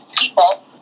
People